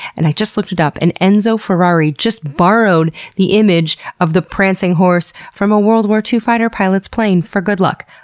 and i just looked it up, and enzo ferrari just borrowed the image of the prancing horse from a world war ii fighter pilot's plane for good luck.